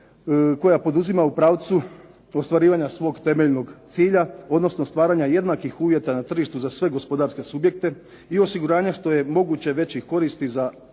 koja poduzima u pravcu ostvarivanja svog temeljnog cilja, odnosno stvaranja jednakih uvjeta na tržištu za sve gospodarske subjekte i osiguranja što je moguće većih koristi za sve